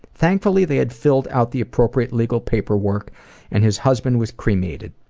thankfully, they had filled out the appropriate legal paperwork and his husband was cremated.